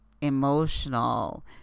emotional